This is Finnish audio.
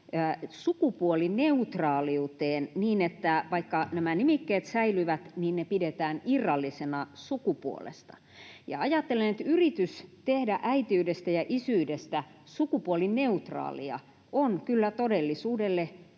sukupuolineutraaliuteen niin, että vaikka nämä nimikkeet säilyvät, niin ne pidetään irrallisena sukupuolesta. Ajattelen, että yritys tehdä äitiydestä ja isyydestä sukupuolineutraalia on kyllä todellisuudelle